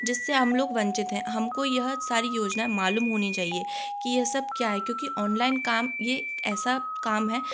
जिससे हम लोग वंचित हैं हमको यह सारी योजनाएं मालूम होनी चाहिए कि यह सब क्या है क्योंकि ऑनलाइन काम ये ऐसा काम है